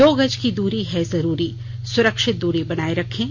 दो गज की दूरी है जरूरी सुरक्षित दूरी बनाए रखें